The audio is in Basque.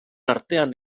artean